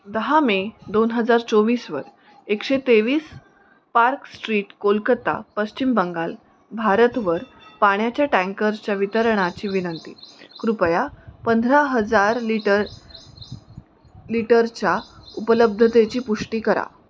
दहा मे दोन हजार चोवीसवर एकशे तेवीस पार्क स्ट्रीट कोलकत्ता पश्चिम बंगाल भारतवर पाण्याच्या टँकरच्या वितरणाची विनंती कृपया पंधरा हजार लिटर लिटरच्या उपलब्धतेची पुष्टी करा